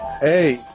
Hey